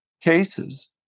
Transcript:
cases